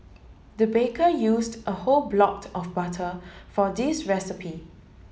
the baker used a whole blot of butter for this recipe